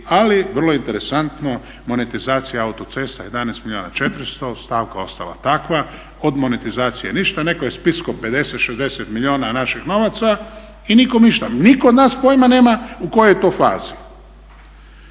Ali vrlo interesantno monetizacija autocesta 11 milijuna i 400, stavka ostala takva. Od monetizacije ništa. Netko je spiskao 50, 60 milijuna naših novaca i nikom ništa. Nitko od nas pojma nema u kojoj je to fazi.